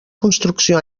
construcció